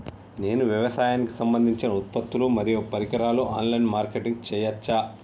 నేను వ్యవసాయానికి సంబంధించిన ఉత్పత్తులు మరియు పరికరాలు ఆన్ లైన్ మార్కెటింగ్ చేయచ్చా?